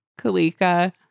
Kalika